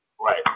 Right